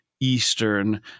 eastern